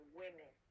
women